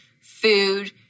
food